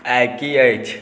आइ की अछि